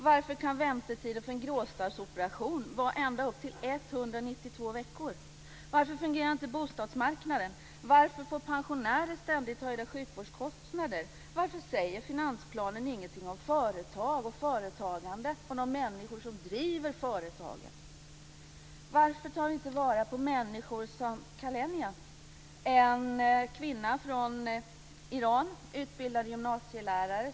Varför kan väntetiden för en gråstarrsoperation vara ända upp till 192 veckor? Varför tar vi inte vara på människor som Khalenja, en kvinna från Iran, utbildad gymnasielärare?